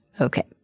Okay